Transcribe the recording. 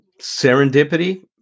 serendipity